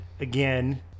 again